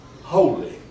holy